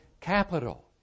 capital